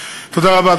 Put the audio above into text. תודה רבה,